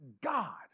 God